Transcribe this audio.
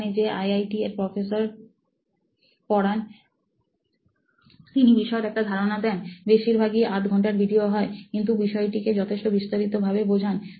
ওখানে যে আইআইটি এর প্রফেসর পড়ান তিনি বিষয়ের একটা ধারণা দেন বেশিরভাগই আধ ঘন্টার ভিডিও হয় কিন্তু বিষয়টি কে যথেষ্ট বিস্তারিতভাবে বোঝান